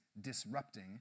disrupting